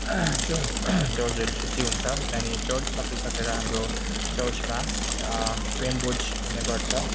church चर्चहरू छुट्टी हुन्छ अनि चर्च सकिसकेर हाम्रो चर्चमा प्रेमभोज हुने गर्छ